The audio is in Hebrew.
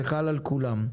זה חלק על כולם.